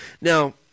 Now